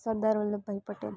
Sardar Vallabhbhai Patel